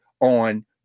on